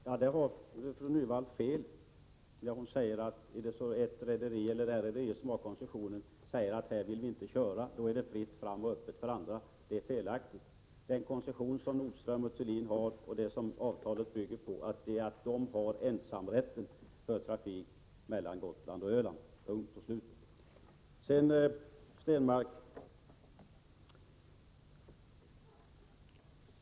Herr talman! Ingrid Hasselström Nyvall har fel i det hon säger. Hon sade att om det rederi som har koncession säger att de inte vill köra på en linje, är det fritt fram och öppet för andra rederier. Det är felaktigt. Den koncession som Nordström & Thulin har och det avtalet bygger på är att rederiet har ensamrätt på trafiken mellan Öland och Gotland. Till Per Stenmarck vill jag säga följande.